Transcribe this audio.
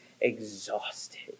exhausted